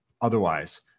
otherwise